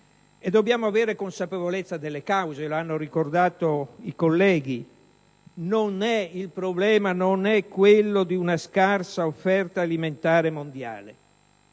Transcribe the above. Dobbiamo avere consapevolezza delle cause, lo hanno ricordato i colleghi. Il problema non è quello di una scarsa offerta alimentare mondiale